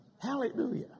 Hallelujah